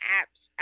apps